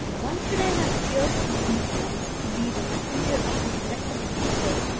why should i have feared to be influenced, to be the messenger of a blessed creature,